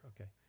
okay